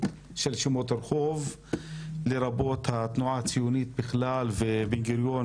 של שמות הרחוב לרבות התנועה הציונית בכלל ובוגי יעלון